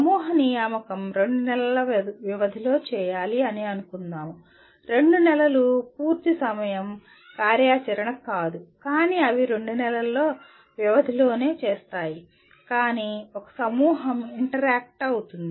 సమూహ నియామకం 2 నెలల వ్యవధిలో చేయాలి అని అనుకుందాము 2 నెలలు పూర్తి సమయం కార్యాచరణ కాదు కాని అవి 2 నెలల వ్యవధిలో చేస్తాయి కానీ ఒక సమూహం ఇంటరాక్ట్ అవుతుంది